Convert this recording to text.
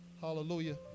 Hallelujah